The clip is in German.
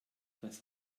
das